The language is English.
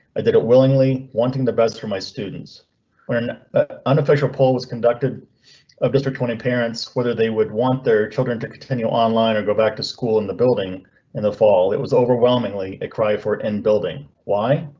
i did it willingly willingly wanting the best for my students when unofficial poll was conducted of district twenty parents. whether they would want their children to continue online or go back to school in the building in the fall. it was overwhelmingly a cry for end building. why?